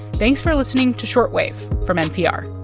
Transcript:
thanks for listening to short wave from npr